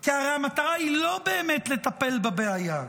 כי הרי המטרה היא לא באמת לטפל בבעיה.